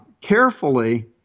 carefully